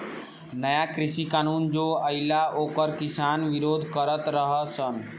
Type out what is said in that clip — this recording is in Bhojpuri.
नया कृषि कानून जो आइल ओकर किसान विरोध करत रह सन